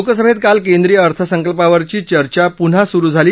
लोकसभेत काल केंद्रीय अर्थसंकल्पावरची चर्चा पुन्हा सुरु झाली